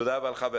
תודה רבה לך.